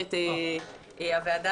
במסגרת הוועדה,